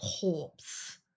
corpse